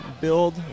build